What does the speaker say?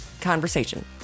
conversation